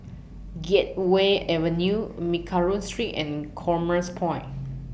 Gateway Avenue Mccallum Street and Commerce Point